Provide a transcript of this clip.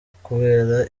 kubera